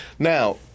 Now